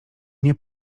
nie